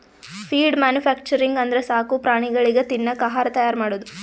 feed manufacturing ಅಂದ್ರ ಸಾಕು ಪ್ರಾಣಿಗಳಿಗ್ ತಿನ್ನಕ್ ಆಹಾರ್ ತೈಯಾರ್ ಮಾಡದು